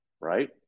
right